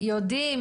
יודעים,